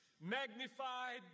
magnified